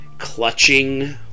clutching